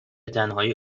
تنهایی